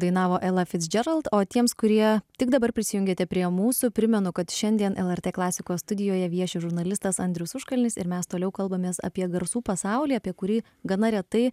dainavo ela ficdžerald o tiems kurie tik dabar prisijungėte prie mūsų primenu kad šiandien lrt klasikos studijoje vieši žurnalistas andrius užkalnis ir mes toliau kalbamės apie garsų pasaulį apie kurį gana retai